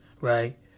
right